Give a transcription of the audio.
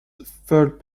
third